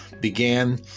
began